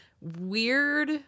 weird